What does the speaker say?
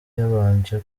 yabanje